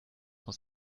muss